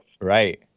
Right